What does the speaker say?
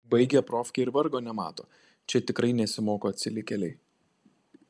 baigia profkę ir vargo nemato čia tikrai nesimoko atsilikėliai